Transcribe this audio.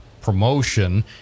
promotion